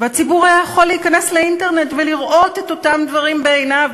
והציבור היה יכול להיכנס לאינטרנט ולראות את אותם דברים בעיניו,